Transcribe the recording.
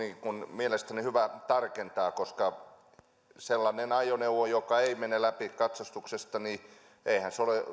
mielestäni hyvä tarkentaa eihän sellainen ajoneuvo joka ei mene läpi katsastuksesta ole